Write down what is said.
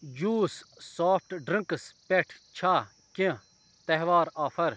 juice سافٹہٕ drinks پٮ۪ٹھ چھا کیٚنٛہہ تہوار آفر